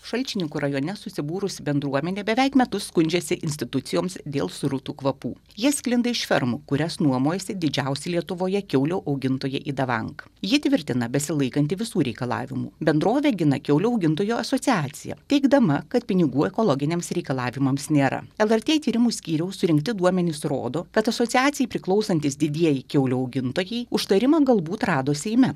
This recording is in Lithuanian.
šalčininkų rajone susibūrusi bendruomenė beveik metus skundžiasi institucijoms dėl srutų kvapų jie sklinda iš fermų kurias nuomojasi didžiausi lietuvoje kiaulių augintojai idavank ji tvirtina besilaikanti visų reikalavimų bendrovė gina kiaulių augintojų asociaciją teigdama kad pinigų ekologiniams reikalavimams nėra lrt tyrimų skyriaus surinkti duomenys rodo kad asociacijai priklausantys didieji kiaulių augintojai užtarimą gal būt rado seime